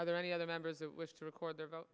are there any other members that wish to record their vote